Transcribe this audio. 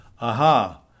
Aha